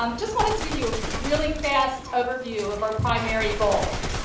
um just wanted to give you a really fast overview of our primary goals.